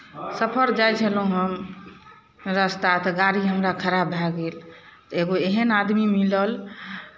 सफर जाइत छलहुँ हम रस्ता तऽ गाड़ी हमरा खराब भए गेल तऽ एगो एहन आदमी मिलल